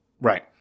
Right